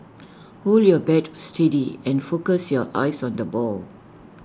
hold your bat steady and focus your eyes on the ball